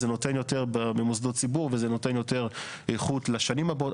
זה נותן יותר במוסדות ציבור וזה נותן יותר איכות לשנים הבאות.